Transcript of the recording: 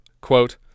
quote